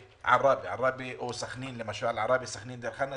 בעראבה או בסכנין או בדיר חנא.